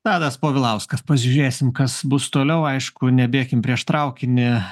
tadas povilauskas pažiūrėsim kas bus toliau aišku nebėkim prieš traukinį